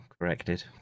corrected